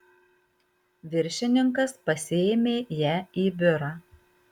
viršininkas pasiėmė ją į biurą